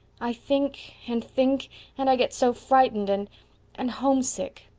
i think and think and i get so frightened and and homesick.